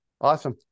Awesome